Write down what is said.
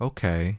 Okay